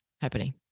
happening